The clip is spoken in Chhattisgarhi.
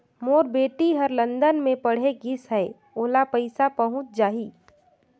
मोर बेटी हर लंदन मे पढ़े गिस हय, ओला पइसा पहुंच जाहि?